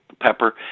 pepper